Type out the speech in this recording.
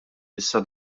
issa